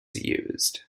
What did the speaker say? used